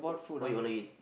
what you want to eat